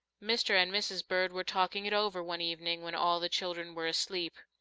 mr. and mrs. bird were talking it over one evening when all the children were asleep.